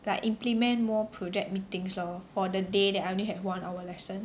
like implement more project meetings lor for the day that I only have one hour lesson